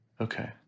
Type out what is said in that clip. okay